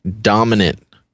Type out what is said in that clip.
dominant